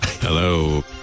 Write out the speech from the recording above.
Hello